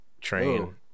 train